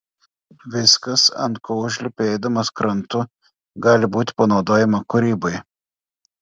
viskas ant ko užlipi eidamas krantu gali būti panaudojama kūrybai